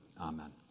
Amen